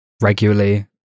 regularly